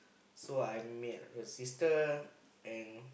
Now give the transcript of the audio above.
so I met her sister and